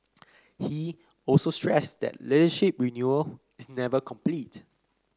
he also stressed that leadership renewal is never complete